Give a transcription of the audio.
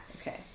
Okay